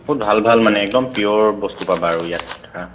খুব ভাল ভাল মানে একদম পিয়'ৰ বস্তু পাবা আৰু ইয়াত